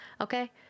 Okay